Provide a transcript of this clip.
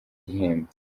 gihembo